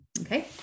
Okay